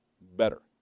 Better